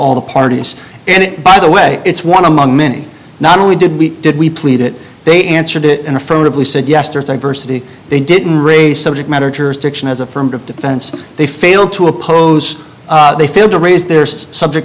all the parties and by the way it's one among many not only did we did we played it they answered it and affirmatively said yesterday versity they didn't raise subject matter jurisdiction as affirmative defense they failed to oppose they failed to raise the subject